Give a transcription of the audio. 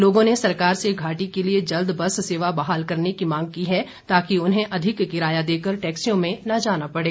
लोगों ने सरकार से घाटी के लिए जल्द बस सेवा बहाल करने की मांग की है ताकि उन्हें अधिक किराया देकर टैक्सियों में न जाना पड़े